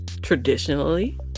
traditionally